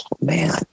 man